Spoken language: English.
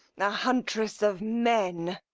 a huntress of men.